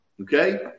okay